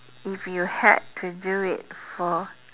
if you had to do it for